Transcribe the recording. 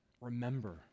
Remember